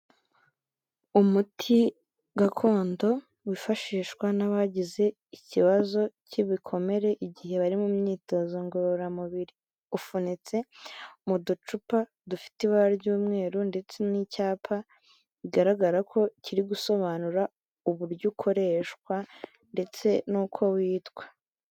Umuti gakondo wifashishwa n'abagize ikibazo cy'ibikomere igihe bari mu myitozo ngororamubiri, ufunitse mu ducupa dufite ibara ry'umweru ndetse n'icyapa bigaragara ko kiri gusobanura uburyo ukoreshwa ndetse n'uko witwa.